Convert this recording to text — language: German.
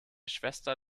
schwester